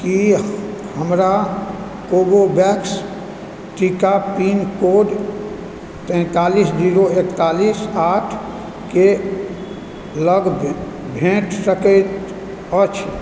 की हमरा कोवोवेक्स टीका pin code तैतालिस जीरो एकतालीस आठ के लग भेट सकैत अछि